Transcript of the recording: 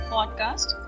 Podcast